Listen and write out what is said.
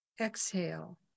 exhale